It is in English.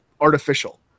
artificial